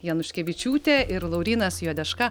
januškevičiūtė ir laurynas juodeška